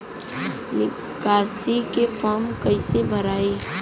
निकासी के फार्म कईसे भराई?